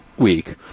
week